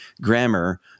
grammar